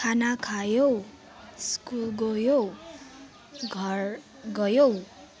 खाना खायौ स्कुल गयौ घर गयौ